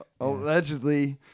allegedly